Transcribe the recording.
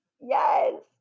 yes